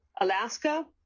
Alaska